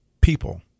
people